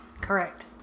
correct